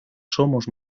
somos